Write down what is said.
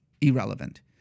Irrelevant